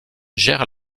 gère